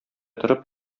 торып